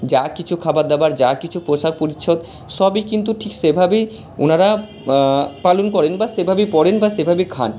যা কিছু খাবার দাবার যা কিছু পোশাক পরিচ্ছদ সবই কিন্তু ঠিক সেভাবেই ওনারা পালন করেন বা সেভাবেই পরেন বা সেভাবেই খান